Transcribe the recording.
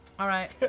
all right,